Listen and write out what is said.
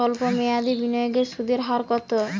সল্প মেয়াদি বিনিয়োগের সুদের হার কত?